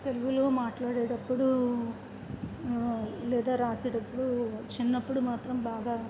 తెలుగులో మాట్లాడేటప్పుడు లేదా రాసేటప్పుడు చిన్నప్పుడు మాత్రం బాగా